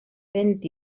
fent